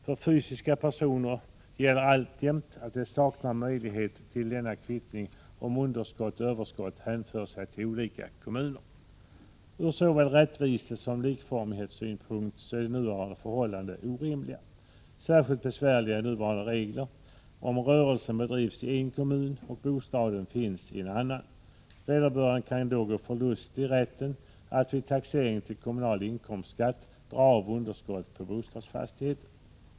För fysiska personer gäller alltjämt att de saknar möjlighet till sådan kvittning om underskott och överskott hänför sig till olika kommuner. Ur såväl rättvisesom likformighetssynpunkt är nuvarande förhållanden orimliga. Särskilt besvärliga är nuvarande regler om rörelsen bedrivs i er kommun och bostaden finns i en annan. Vederbörande kan ju då gå förlustig rätten att vid taxering till kommunal inkomstskatt dra av underskott på bostadsfastigheten.